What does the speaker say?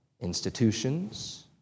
institutions